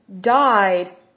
died